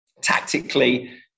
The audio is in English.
tactically